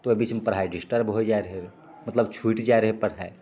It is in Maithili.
तऽ ओहि बीचमे पढ़ाइ डिस्टर्ब होइ जाइ रहै मतलब छुटि जाइ रहै पढ़ाइ